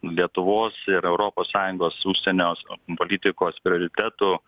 lietuvos ir europos sąjungos užsienio politikos prioritetų